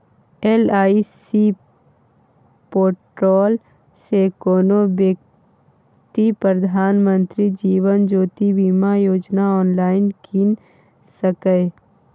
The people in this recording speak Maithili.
एल.आइ.सी पोर्टल सँ कोनो बेकती प्रधानमंत्री जीबन ज्योती बीमा योजना आँनलाइन कीन सकैए